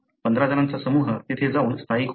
15 जणांचा समूह तिथे जाऊन स्थायिक होतो